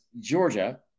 Georgia